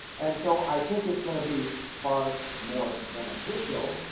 and so, i think it's going to be far more beneficial.